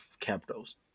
capitals